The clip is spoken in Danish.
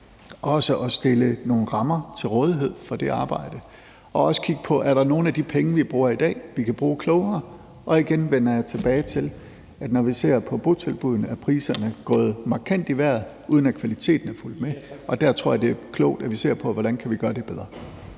også at stille nogle rammer til rådighed for det arbejde og også kigge på, om der er nogle af de penge, vi bruger i dag, som vi kan bruge klogere. Igen vender jeg tilbage til, at når vi ser på botilbuddene, er priserne gået markant i vejret, uden at kvaliteten er fulgt med. Der tror jeg, at det er klogt, at vi ser på, hvordan vi kan gøre det bedre.